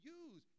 use